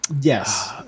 Yes